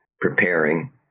preparing